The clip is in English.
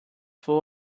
full